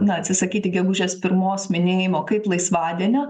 na atsisakyti gegužės pirmos minėjimo kaip laisvadienio